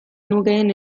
nukeen